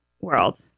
world